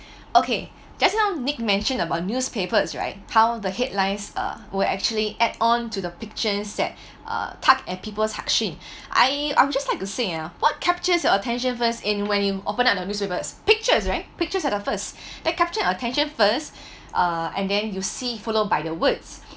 okay just now nick mentioned about newspapers right how the headlines uh were actually add on to the pictures that uh tug at people's heartstring I I would just like to say ah what captures the attention first in when you open up the newspapers pictures right pictures at the first that capture attention first uh and then you'll see followed by the words